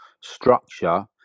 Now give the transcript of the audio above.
structure